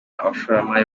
abashoramari